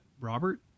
Robert